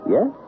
Yes